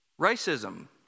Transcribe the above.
Racism